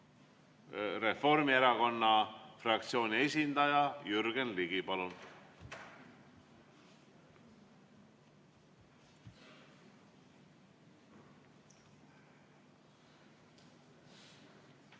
Reformierakonna fraktsiooni esindaja Jürgen Ligi.